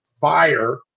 fire